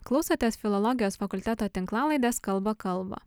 klausotės filologijos fakulteto tinklalaidės kalba kalba